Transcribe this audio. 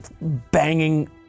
banging